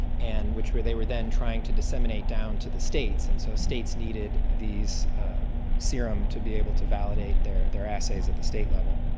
and which they were then trying to disseminate down to the states. and so states needed these serums to be able to validate their their assays at the state level.